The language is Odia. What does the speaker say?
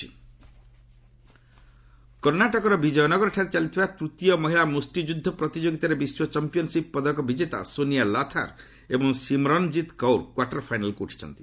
ବକ୍ସିଂ କର୍ଷ୍ଣାଟକର ବିଜୟନଗରଠାରେ ଚାଲିଥିବା ତୃତୀୟ ମହିଳା ମୁଷ୍ଟିଯୁଦ୍ଧ ପ୍ରତିଯୋଗିତାରେ ବିଶ୍ୱ ଚାମ୍ପିୟନ୍ସିପ୍ ପଦକ ବିଜେତା ସୋନିଆ ଲାଥାର୍ ଏବଂ ସିମ୍ରନ୍କିତ୍ କୌର କ୍ୱାର୍ଟର ଫାଇନାଲ୍କୁ ଉଠିଛନ୍ତି